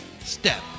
step